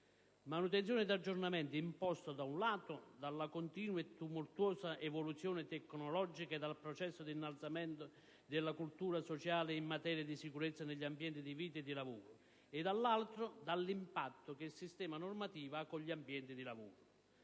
Manutenzioni ed aggiornamenti imposti, da un lato, dalla continua e tumultuosa evoluzione tecnologica e dal processo di innalzamento della cultura sociale in materia di sicurezza negli ambienti di vita e di lavoro; dall'altro, dall'impatto che il sistema normativo ha con gli ambienti di lavoro.